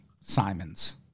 simon's